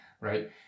right